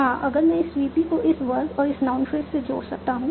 हां अगर मैं इस VP को इस वर्ब और इस नाउन फ्रेज से जोड़ सकता हूं